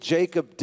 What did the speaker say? Jacob